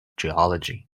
geology